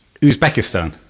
uzbekistan